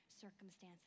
circumstances